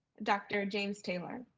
dr. james taylor.